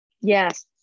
Yes